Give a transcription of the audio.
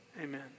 Amen